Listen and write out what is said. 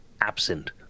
absent